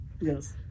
Yes